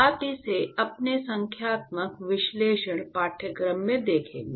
आप इसे अपने संख्यात्मक विश्लेषण पाठ्यक्रम में देखेंगे